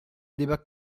débat